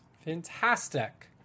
Fantastic